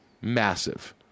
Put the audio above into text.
massive